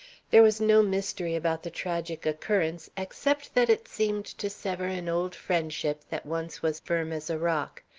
there was no mystery about the tragic occurrence except that it seemed to sever an old friendship that once was firm as a rock.